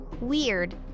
Weird